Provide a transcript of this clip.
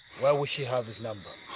why would she have his number?